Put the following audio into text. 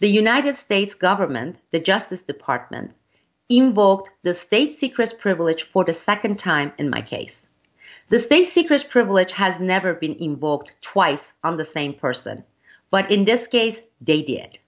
the united states government the justice department invoked the state secrets privilege for the second time in my case the stay secrets privilege has never been invoked twice on the same person but in this case they did